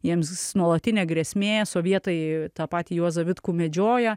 jiems nuolatinė grėsmė sovietai tą patį juozą vitkų medžioja